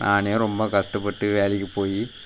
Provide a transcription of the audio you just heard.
நானே ரொம்ப கஷ்டப்பட்டு வேலைக்கு போய்